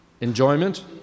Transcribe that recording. enjoyment